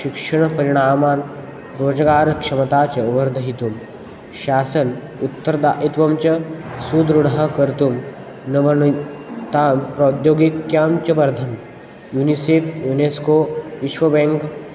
शिक्षणपरिणामान् रोजगारक्षमता च वर्धयितुं शासनम् उत्तरदायित्वं च सुदृढः कर्तुं नवतां प्रौद्योगिक्यां च वर्धयन् यूनिसिप् यूनेस्को विश्वबेङ्क्